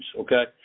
okay